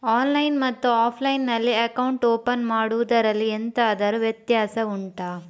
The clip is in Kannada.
ಆನ್ಲೈನ್ ಮತ್ತು ಆಫ್ಲೈನ್ ನಲ್ಲಿ ಅಕೌಂಟ್ ಓಪನ್ ಮಾಡುವುದರಲ್ಲಿ ಎಂತಾದರು ವ್ಯತ್ಯಾಸ ಉಂಟಾ